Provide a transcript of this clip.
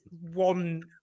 one